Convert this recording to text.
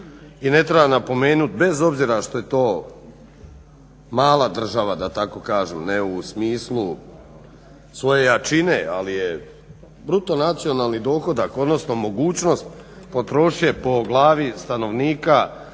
i ne treba napomenuti bez obzira što je to mala država da tako kažem, ne u smislu svoje jačine ali je BDP odnosno mogućnost potrošnje po glavi stanovnika